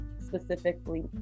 specifically